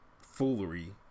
foolery